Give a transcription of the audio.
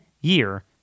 year